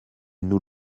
nous